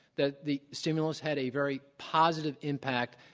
that the stimulus had a very positive impact.